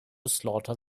slaughter